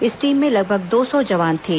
इस टीम में लगभग दो सौ जवान थे